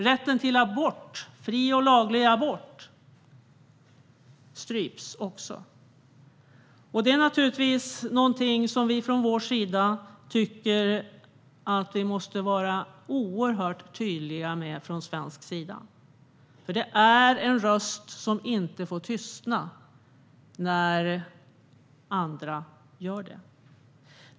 Rätten till abort, fri och laglig abort, stryps också. Det är en fråga där vi i Centerpartiet tycker att vi måste vara oerhört tydliga från svensk sida. Vår röst får inte tystna när andras gör det.